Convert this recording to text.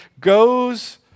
goes